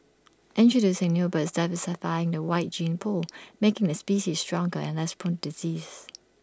introducing new birds diversify the wild gene pool making the species stronger and less prone disease